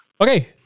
Okay